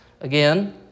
Again